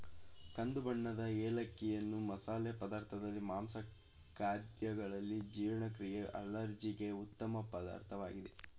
ಕಂದು ಬಣ್ಣದ ಏಲಕ್ಕಿಯನ್ನು ಮಸಾಲೆ ಪದಾರ್ಥದಲ್ಲಿ, ಮಾಂಸ ಖಾದ್ಯಗಳಲ್ಲಿ, ಜೀರ್ಣಕ್ರಿಯೆ ಅಲರ್ಜಿಗೆ ಉತ್ತಮ ಪದಾರ್ಥವಾಗಿದೆ